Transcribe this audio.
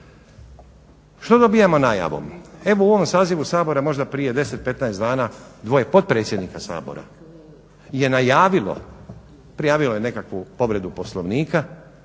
Što dobivamo najavom? Evo u ovom sazivu Sabora možda prije 10, 15 dana dvoje potpredsjednika Sabora je najavilo, prijavilo je nekakvu povredu Poslovnika